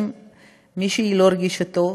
מישהי לא הרגישה טוב,